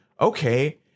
okay